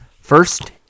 First